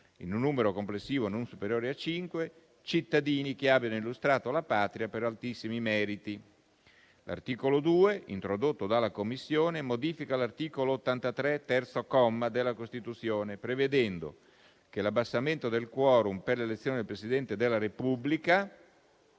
in un numero complessivo non superiore a cinque, cittadini che abbiano illustrato la Patria per altissimi meriti. L'articolo 2, introdotto dalla Commissione, modifica l'articolo 83, terzo comma, della Costituzione prevedendo che l'abbassamento del *quorum* per l'elezione del Presidente della Repubblica,